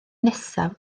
nesaf